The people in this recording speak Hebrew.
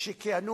שכיהנו